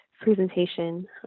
presentation